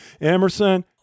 Emerson